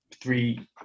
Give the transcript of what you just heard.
three